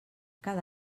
cada